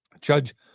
Judge